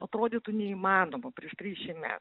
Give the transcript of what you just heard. atrodytų neįmanoma prieš trisdešim metų